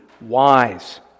wise